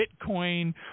Bitcoin